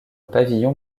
pavillon